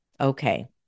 Okay